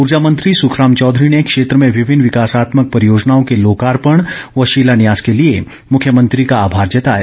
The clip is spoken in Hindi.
ऊर्जा मंत्री सुखराम चौधरी ने क्षेत्र में विभिन्न विकासात्मक परियोजनाओं के लोकार्पण व शिलान्यास के लिए मुख्यमंत्री का आभार जताया